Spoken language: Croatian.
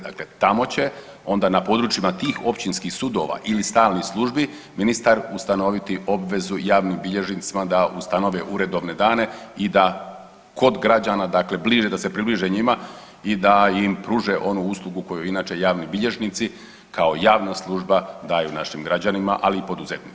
Dakle, tamo će onda na područjima tih općinskih sudova ili stalnih službi ministar ustanoviti obvezu javnim bilježnicima da ustanove uredovne dane i da kod građana, dakle da se približe njima i da im pruže onu uslugu koju inače javni bilježnici kao javna služba daju našim građanima, ali i poduzetnicima.